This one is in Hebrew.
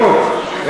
רות,